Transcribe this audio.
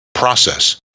Process